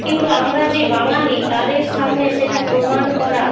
কিন্তু আমরা যে বাঙালি তাদের সামনে সেটা প্রমাণ করা